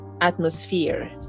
atmosphere